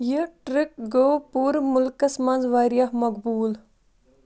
یہِ ٹرٕٛک گوٚو پوٗرٕ مُلکَس منٛز واریٛاہ مقبوُل